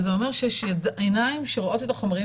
וזה אומר שיש עיניים שרואות את החומרים